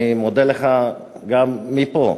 אני מודה לך גם מפה